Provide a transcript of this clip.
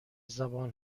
زبان